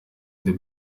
des